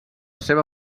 seva